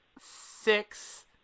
six